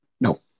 No